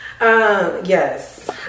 yes